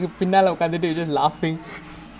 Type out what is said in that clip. really meh you cannot just voice recorded can [what]